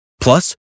Plus